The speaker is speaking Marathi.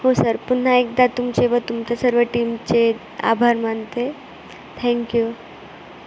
हो सर पुन्हा एकदा तुमचे व तुमच्या सर्व टीमचे आभार मानते थँक्यू